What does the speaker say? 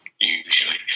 usually